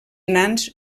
nans